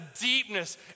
deepness